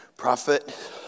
prophet